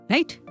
Right